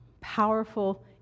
powerful